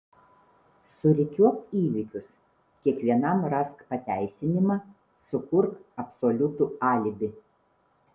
surikiuok įvykius kiekvienam rask pateisinimą sukurk absoliutų alibi